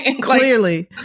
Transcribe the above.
clearly